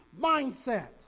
mindset